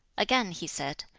again he said,